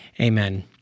Amen